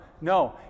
no